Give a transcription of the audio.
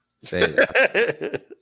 Say